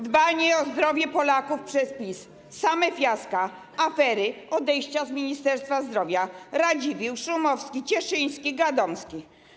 Dbanie o zdrowie Polaków przez PiS - same fiaska, afery, odejścia z Ministerstwa Zdrowia: Radziwiłł, Szumowski, Cieszyński, Gadomski.